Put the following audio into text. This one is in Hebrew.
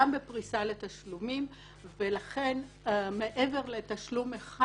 גם בפריסת תשלומים; ולכן מעבר לתשלום אחד,